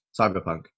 Cyberpunk